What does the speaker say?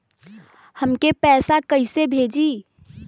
हमके पैसा कइसे भेजी?